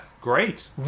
great